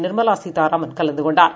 நிர்மலாசீதாராமன்கலந்துகொண்டார்